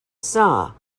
saw